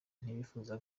ntibifuje